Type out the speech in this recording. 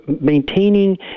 maintaining